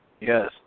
Yes